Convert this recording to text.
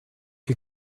you